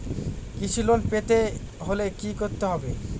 কৃষি লোন পেতে হলে কি করতে হবে?